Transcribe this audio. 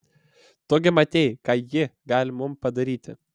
tu gi matei ką ji gali mums padaryti